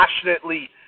passionately